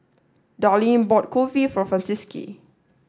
Darleen bought Kulfi for Francisqui